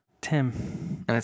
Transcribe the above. Tim